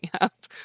up